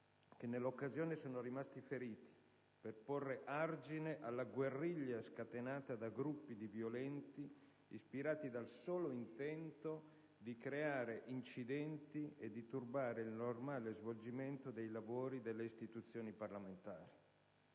che nell'occasione sono rimasti feriti per porre argine alla guerriglia scatenata da gruppi di violenti, ispirati dal solo intento di creare incidenti e di turbare il normale svolgimento dei lavori delle istituzioni parlamentari.